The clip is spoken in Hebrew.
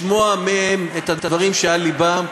לשמוע מהם את הדברים שעל לבם.